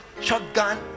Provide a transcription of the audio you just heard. shotgun